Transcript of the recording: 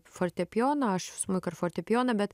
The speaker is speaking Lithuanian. fortepijoną aš smuiką ir fortepijoną bet